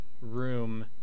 Room